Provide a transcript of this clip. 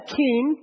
king